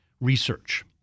research